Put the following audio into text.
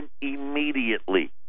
immediately